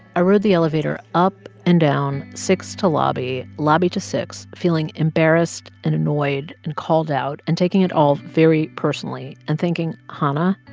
i rode the elevator up and down six to lobby, lobby to six feeling embarrassed, and annoyed, and called out, and taking it all very personally and thinking, hanna,